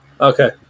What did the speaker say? Okay